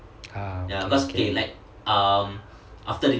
ah okay okay